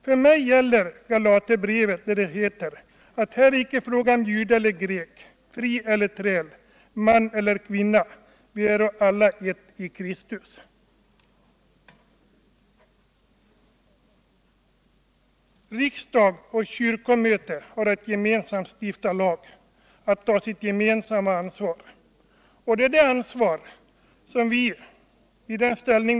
För mig gäller Galaterbrevets ord: ”Här är icke jude eller grek, här är icke träl eller fri, här är icke man och kvinna: alla ären I ett i Kristus Jesus.” Riksdag och kyrkomöte har att gemensamt stifta lag och att ta sitt gemensamma ansvar, som vilar på den grundlag som vi här antagit.